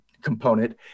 component